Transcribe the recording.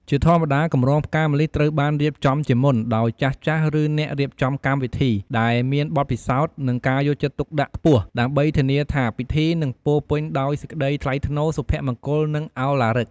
ជាធម្មតា កម្រងផ្កាម្លិះត្រូវបានរៀបចំជាមុន ដោយចាស់ៗឬអ្នករៀបចំកម្មវិធីដែលមានបទពិសោធន៍ និងការយកចិត្តទុកដាក់ខ្ពស់ ដើម្បីធានាថាពិធីនឹងពោរពេញដោយសេចក្ដីថ្លៃថ្នូរ សុភមង្គល និងឳឡារិក។